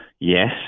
yes